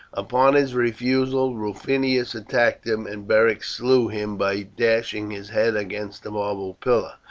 upon his refusal rufinus attacked him, and beric slew him by dashing his head against a marble pillar.